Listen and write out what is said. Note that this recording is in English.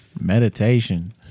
meditation